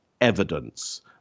evidence